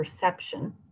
perception